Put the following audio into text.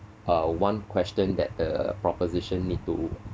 uh one question that the proposition need to